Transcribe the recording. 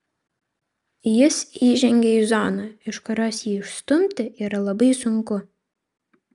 jis įžengia į zoną iš kurios jį išstumti yra labai sunku